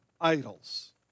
idols